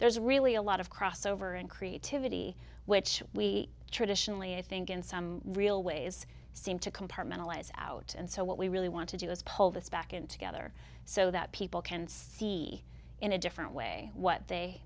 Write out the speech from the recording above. there's really a lot of crossover and creativity which we traditionally i think in some real ways seem to compartmentalise out and so what we really want to do is pull this back in together so that people can see in a different way what they